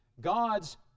God's